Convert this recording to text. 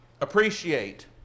appreciate